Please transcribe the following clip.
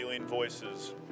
Voices